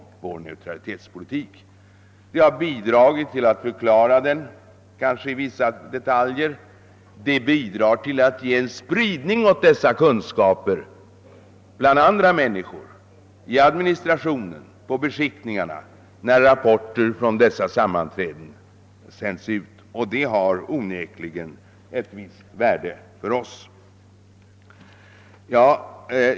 Det har bidragit till att vi kunnat förklara den i vissa detaljer, och det har bidragit till att ge spridning åt dessa kunskaper bland människor i administrationer och beskickningar när rapporterna från dessa sammanträden sänts ut. Det har onekligen ett visst värde för oss.